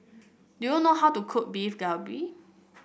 do you know how to cook Beef Galbi